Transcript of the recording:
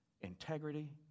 integrity